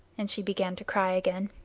and she began to cry again.